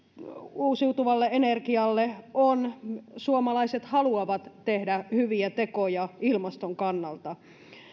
uusiutuvalle energialle on suomalaiset haluavat tehdä hyviä tekoja ilmaston kannalta